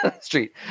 street